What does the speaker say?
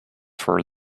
for